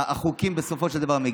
החוקים מגיעים בסופו של דבר.